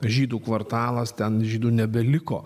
žydų kvartalas ten žydų nebeliko